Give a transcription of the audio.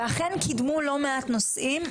ואכן, קידמו לא מעט נושאים.